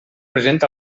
present